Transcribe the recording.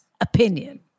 opinion